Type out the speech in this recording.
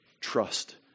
trust